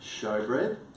showbread